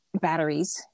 batteries